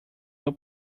your